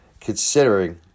considering